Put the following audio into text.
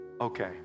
Okay